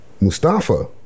Mustafa